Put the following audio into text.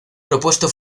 propuesto